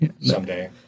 someday